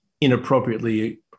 inappropriately